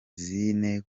zine